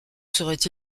serait